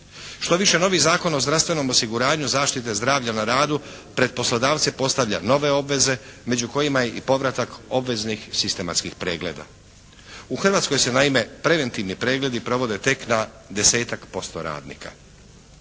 Štoviše, novi Zakon o zdravstvenom osiguranju, zaštite zdravlja na radu pred poslodavce postavlja nove obveze među kojima je i povratak obveznih sistematskih pregleda. U Hrvatskoj se naime preventivni pregledi provode tek na desetak posto radnika.